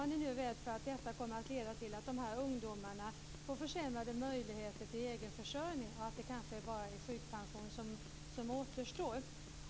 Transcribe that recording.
Man är nu rädd för att detta kommer att leda till att dessa ungdomar får försämrade möjligheter till egen försörjning så att det bara är sjukpension som återstår.